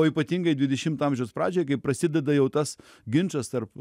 o ypatingai dvidešimto amžiaus pradžioje kai prasideda jau tas ginčas tarp